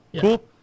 Cool